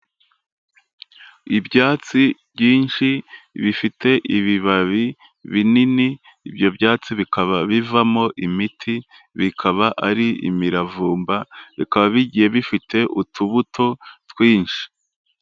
Ibyatsi byinshi bifite ibibabi binini, ibyo byatsi bikaba bivamo imiti, bikaba ari imiravumba, bikaba bigiye bifite utubuto twinshi.